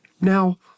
now